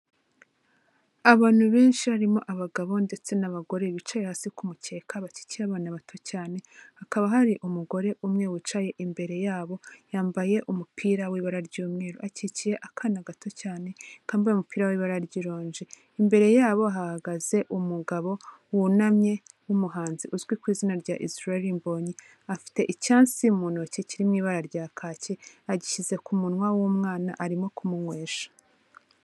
Abantu benshi harimo abagabo ndetse n'abagore bicaye hasi ku mukeka bakikiye abana bato cyane, hakaba hari umugore umwe wicaye imbere yabo yambaye umupira w'ibara ry'umweru akikiye akana gato cyane kambaye umupira w'ibara ry'ironji. Imbere yabo hahagaze umugabo wunamye w'umuhanzi uzwi ku izina rya Israel Mbonyi, afite icyansi mu ntoki kiri mu ibara rya kaki agishyize ku munwa w'umwana arimo kumunywesha.